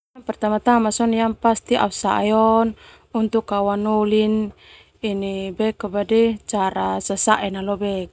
Yang pertama-tama au sae on untuk au anoli cara sasae na leo bek.